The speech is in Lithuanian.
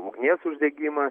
ugnies uždegimas